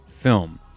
film